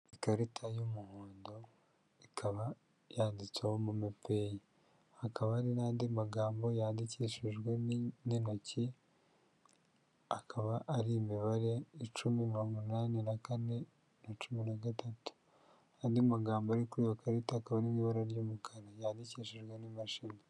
Ikarita y'umuhondo, ikaba yanditseho momo peyi, hakaba hari n'andi magambo yandikishijwe n'intoki akaba ari imibare, icumi, mirongo inani na kane, na cumi na gatatu, andi magambo ari kuri iyo karita akaba ari mu ibara ry'umukara yandikishijwe n'imashini.